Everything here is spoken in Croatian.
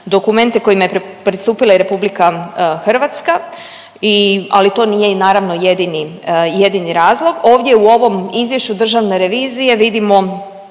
dokumente kojima je pristupila i RH, ali to i nije naravno jedini razlog. Ovdje u ovom izvješću državne revizije vidimo